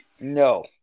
No